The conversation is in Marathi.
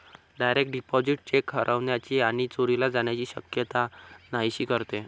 डायरेक्ट डिपॉझिट चेक हरवण्याची आणि चोरीला जाण्याची शक्यता नाहीशी करते